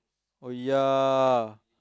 oh ya